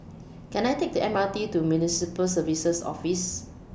Can I Take The M R T to Municipal Services Office